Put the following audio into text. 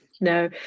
No